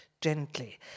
gently